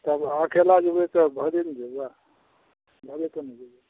तब अकेला जेबै तऽ भड़े ने जेबै भाड़े कऽ ने जेबै